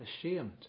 ashamed